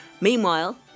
Meanwhile